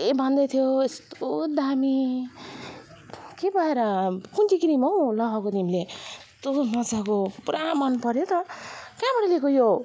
सबैले भन्दैथ्यो यस्तो दामी के भएर कुन चाहिँ क्रिम हौ लगाएको तिमीले यस्तो मजाको पुरा मन पर्यो त कहाँबाट लिएको यो